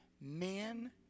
men